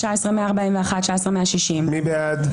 18,481 עד 18,500. מי בעד?